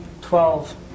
Twelve